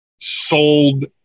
sold